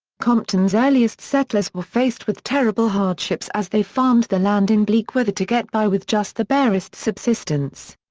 compton's earliest settlers were faced with terrible hardships as they farmed the land in bleak weather to get by with just the barest subsistence.